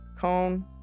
Cone